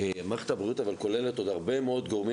מערכת הבריאות כוללת עוד הרבה מאוד גורמים